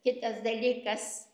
kitas dalykas